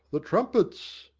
the trumpets.